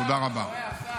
תודה רבה.